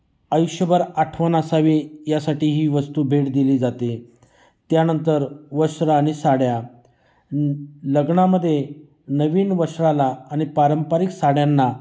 आयुष्यभर आठवण असावी यासाठी ही वस्तू भेट दिली जाते त्यानंतर वस्र आणि साड्या लग्नामध्ये नवीन वस्त्राला आणि पारंपरिक साड्यांना